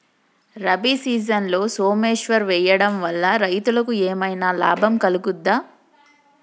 రబీ సీజన్లో సోమేశ్వర్ వేయడం వల్ల రైతులకు ఏమైనా లాభం కలుగుద్ద?